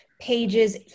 pages